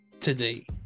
today